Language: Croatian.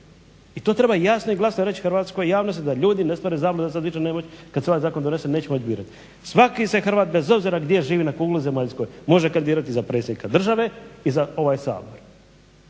i to treba jasno i glasno reći hrvatskoj javnosti da ljudi ne stvore zabludu da sad više neće moći, kad se ovaj zakon donese neće moći birati. Svaki se Hrvat bez obzira gdje živi na kugli zemaljskoj može kandidirati za predsjednika države i za ovaj Sabor,